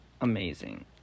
amazing